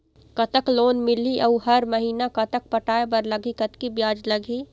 कतक लोन मिलही अऊ हर महीना कतक पटाए बर लगही, कतकी ब्याज लगही?